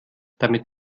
damit